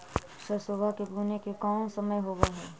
सरसोबा के बुने के कौन समय होबे ला?